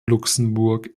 luxemburg